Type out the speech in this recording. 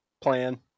plan